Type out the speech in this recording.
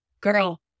girl